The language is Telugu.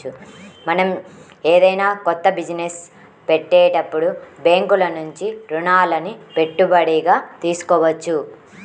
మనం ఏదైనా కొత్త బిజినెస్ పెట్టేటప్పుడు బ్యేంకుల నుంచి రుణాలని పెట్టుబడిగా తీసుకోవచ్చు